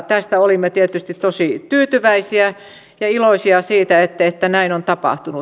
tästä olimme tietysti tosi tyytyväisiä ja iloisia siitä että näin on tapahtunut